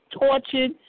tortured